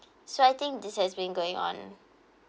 so I think this has been going on